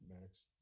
Max